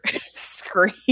scream